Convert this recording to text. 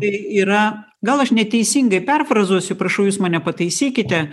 tai yra gal aš neteisingai perfrazuosiu prašau jūs mane pataisykite